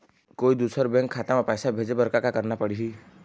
कोई दूसर बैंक खाता म पैसा भेजे बर का का करना पड़ही?